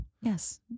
Yes